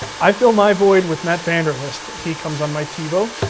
i fill my void with matt vanderlist. he comes on my tivo,